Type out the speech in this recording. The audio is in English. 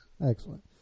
Excellent